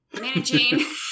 managing